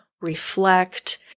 reflect